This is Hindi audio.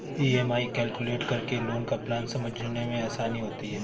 ई.एम.आई कैलकुलेट करके लोन का प्लान समझने में आसानी होती है